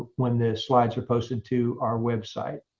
when the slides are posted to our website.